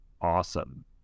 awesome